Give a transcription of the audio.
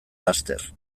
laster